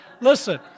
Listen